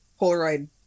polaroid